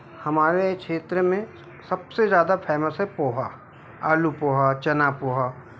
हमारे क्षेत्र में सबसे ज़्यादा फेमस है पोहा आलू पोहा चना पोहा